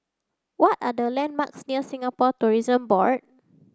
what are the landmarks near Singapore Tourism Board